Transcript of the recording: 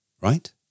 right